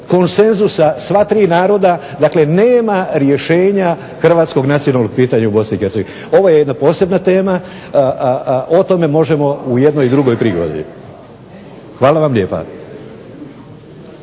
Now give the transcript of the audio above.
konsenzusa sva tri naroda, dakle nema rješenja hrvatskog nacionalnog pitanja u BiH. Ovo je jedna posebna tema, o tome možemo u jednoj drugoj prigodi. **Stazić, Nenad